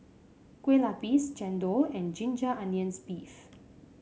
Kueh Lapis Chendol and Ginger Onions beef